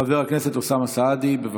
חבר הכנסת אוסאמה סעדי, בבקשה.